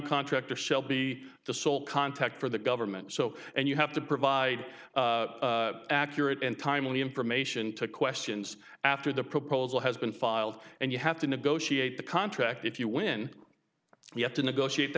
contractor shall be the sole contact for the government so and you have to provide accurate and timely information to questions after the proposal has been filed and you have to negotiate the contract if you win you have to negotiate the